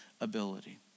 ability